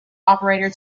operator